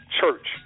Church